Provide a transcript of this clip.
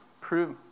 Prove